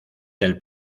del